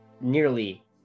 nearly